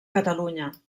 catalunya